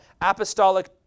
apostolic